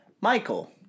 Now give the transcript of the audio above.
Michael